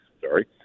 Sorry